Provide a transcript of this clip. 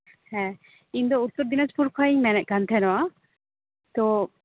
ᱦᱮᱸ ᱤᱧ ᱫᱚ ᱩᱛᱛᱚᱨ ᱫᱤᱱᱟᱡᱽᱯᱩᱨ ᱠᱷᱚᱱᱤᱧ ᱢᱮᱱᱮᱫ ᱠᱟᱱ ᱛᱟᱦᱮᱱᱟ ᱛᱚ